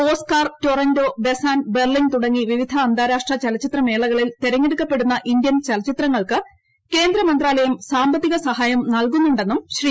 Oscar Toronto Busan Berlin തുടങ്ങി വിവിധ അന്താരാഷ്ട്ര ചലച്ചിത്രമേളകളിൽ തെരഞ്ഞെടുക്കപ്പെടുന്ന ഇന്തൃൻ ചലച്ചിത്രങ്ങൾക്ക് കേന്ദ്രമന്ത്രാലയം സാമ്പത്തിക സഹായം നൽകുന്നുണ്ടെന്നും ശ്രീ